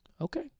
Okay